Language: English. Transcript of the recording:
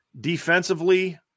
Defensively